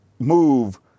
move